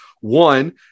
One